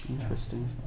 interesting